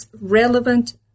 relevant